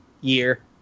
year